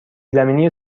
زمینی